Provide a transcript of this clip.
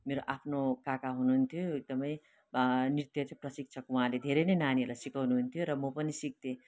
मेरो आफ्नो काका हुनुहुन्थ्यो एकदमै नृत्य चाहिँ प्रशिक्षक उहाँले धेरै नै नानीहरूलाई सिकाउनु हुन्थ्यो र म पनि सिक्थेँ